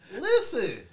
Listen